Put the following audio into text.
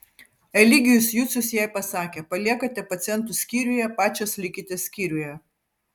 eligijus jucius jai pasakė paliekate pacientus skyriuje pačios likite skyriuje